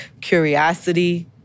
Curiosity